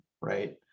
Right